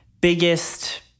biggest